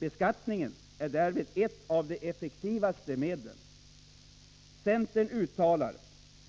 Beskattningen är därvid ett av de effektivaste medlen. Centern uttalar